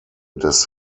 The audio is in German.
des